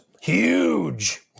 Huge